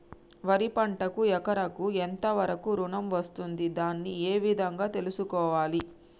వరి పంటకు ఎకరాకు ఎంత వరకు ఋణం వస్తుంది దాన్ని ఏ విధంగా తెలుసుకోవాలి?